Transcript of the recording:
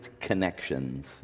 connections